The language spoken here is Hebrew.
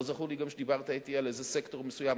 לא זכור לי גם שדיברת אתי על איזה סקטור מסוים,